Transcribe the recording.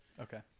Okay